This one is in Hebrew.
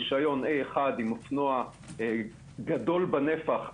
A1 עם אופנוע גדול בנפח,